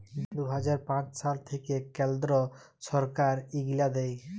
দু হাজার পাঁচ সাল থ্যাইকে কেলদ্র ছরকার ইগলা দেয়